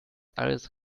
alles